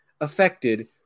affected